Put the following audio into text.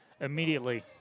immediately